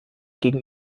gegen